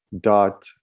Dot